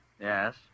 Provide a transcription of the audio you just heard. Yes